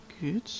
Good